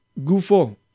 Gufo